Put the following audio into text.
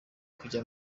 kujya